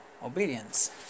Obedience